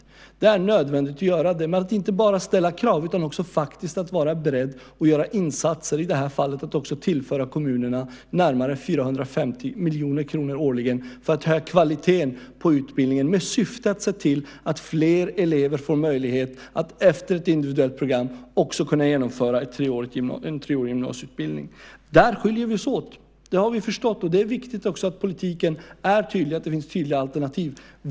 Det är nödvändigt att göra det, men det handlar inte bara om att ställa krav utan också om att faktiskt vara beredd att göra insatser, i det här fallet att också tillföra kommunerna närmare 450 miljoner kronor årligen för att höja kvaliteten på utbildningen med syfte att se till att fler elever får möjlighet att efter ett individuellt program också kunna genomföra en treårig gymnasieutbildning. Där skiljer vi oss åt. Det har vi förstått, och det är viktigt att politiken är tydlig, att det finns tydliga alternativ.